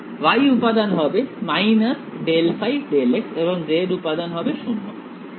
y উপাদান হবে ∂ϕ∂x এবং z উপাদান হবে 0